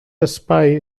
espai